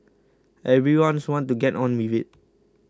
everyone wants to get on with it